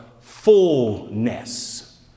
fullness